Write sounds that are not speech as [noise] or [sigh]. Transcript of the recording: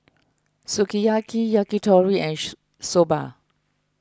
Sukiyaki Yakitori and [unintelligible] Soba